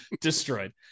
Destroyed